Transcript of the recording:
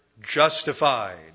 justified